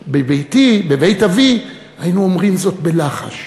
בביתי, בבית אבי, היינו אומרים זאת בלחש.